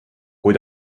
kui